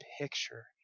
picture